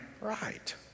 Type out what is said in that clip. right